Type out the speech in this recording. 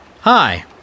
Hi